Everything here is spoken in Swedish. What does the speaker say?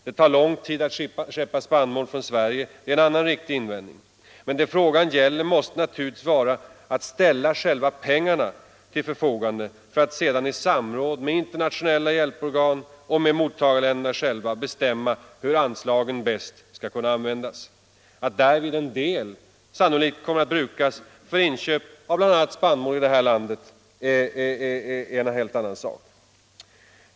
Det tar lång tid att skeppa spannmål från Sverige — det är en annan riktig invändning. Men det frågan gäller måste naturligtvis vara att ställa själva pengarna till förfogande, för att sedan i samråd med internationella hjälporgan och med mottagarländerna själva bestämma hur anslagen bäst skall användas. Att därvid en del medel kommer att brukas för inköp av bl.a. spannmål i detta land är inte osannolikt.